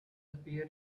appear